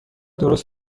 درست